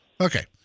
Okay